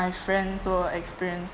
friends who will experience